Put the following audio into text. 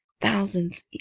thousands